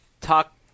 talk